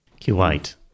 Kuwait